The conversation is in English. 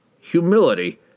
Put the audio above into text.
humility